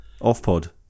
Off-pod